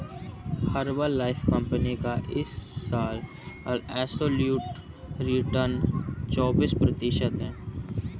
Herbalife company का इस साल एब्सोल्यूट रिटर्न चौबीस प्रतिशत है